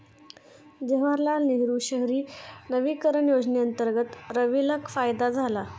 जवाहरलाल नेहरू शहरी नवीकरण योजनेअंतर्गत रवीला फायदा झाला